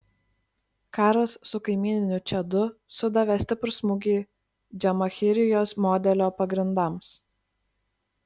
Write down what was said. karas su kaimyniniu čadu sudavė stiprų smūgį džamahirijos modelio pagrindams